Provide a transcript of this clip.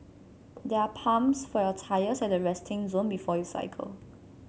there are pumps for your tyres at the resting zone before you cycle